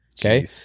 Okay